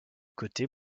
côté